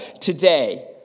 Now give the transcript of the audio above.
today